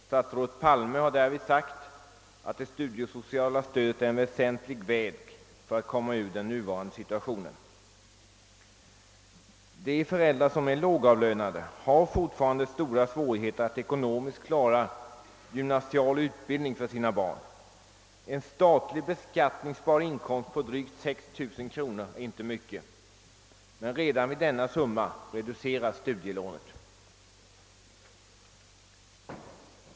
Statsrådet Palme sade därvid att det studiesociala stödet är en väsentlig väg för att komma ur den nuvarande situationen. De föräldrar som är lågavlönade har stora svårigheter att ekonomiskt klara gymnasial utbildning för sina barn. En statligt beskattningsbar inkomst på drygt 6 000 kronor är inte mycket, men redan vid denna summa reduceras studielånet.